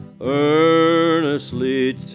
Earnestly